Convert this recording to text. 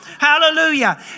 Hallelujah